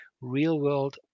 real-world